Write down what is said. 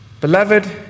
Beloved